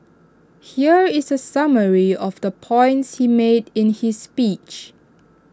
here is A summary of the points he made in his speech